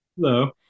Hello